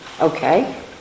Okay